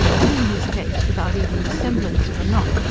and, in his case without even the semblance of a knock,